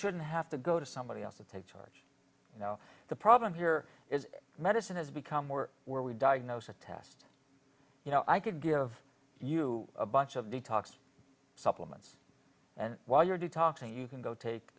shouldn't have to go to somebody else and take charge you know the problem here is medicine has become more were we diagnose a test you know i could give you a bunch of the talks supplements and while you're to talk to you can go take